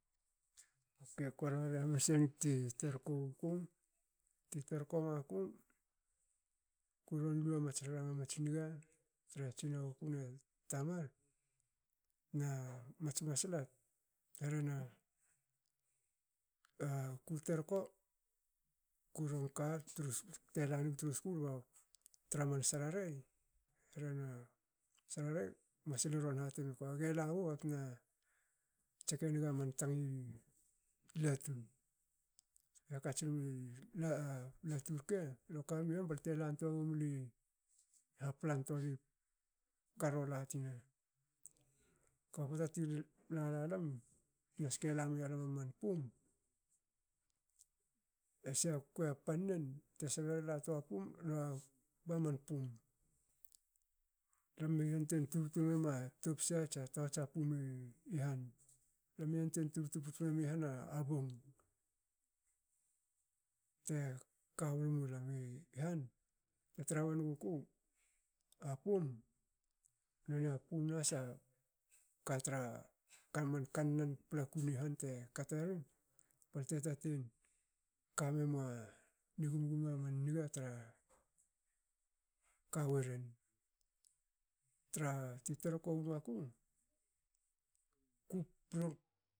Okei ko rarre hamanse nig tu terko wuku. ti terko maku ko ron lua mats ranga matsi niga tre tsinaguku ne tamar na mats masla rhena a ku terko kuron ka bte ron lanig tru skul ba tra man sararei rehena sararei masli ron hati miku gela gu baga tna jek enga man tanga i latu. Latu rke lo kami han balte lantoa womli haplantoa ni karola tina. kba pota ti la- lalam na ske la mialam aman pum. ese a kuei a pannen te sbe la toa pum na ba pum- lame antuen tubtu mema topsa tsa tohats a pum i han. lamme antuen tubtu puts memi han a bong. Teka won mulam i han te tra wonguku. a pum nonia pum nahas aka tra man kannan paplaku ni han te ka tnanu balte tatin kamemua ni gumgum aman niga te kaworen. Tra tu terko waku. ku promis